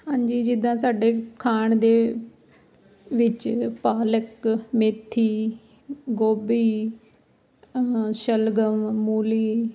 ਹਾਂਜੀ ਜਿੱਦਾਂ ਸਾਡੇ ਖਾਣ ਦੇ ਵਿੱਚ ਪਾਲਕ ਮੇਥੀ ਗੋਭੀ ਸ਼ਲਗਮ ਮੂਲੀ